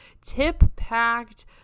tip-packed